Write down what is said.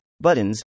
buttons